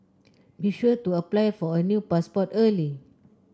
be sure to apply for a new passport early